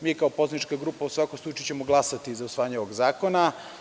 Mi kao poslanička grupa u svakom slučaju ćemo glasati za usvajanje ovog zakona.